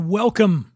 welcome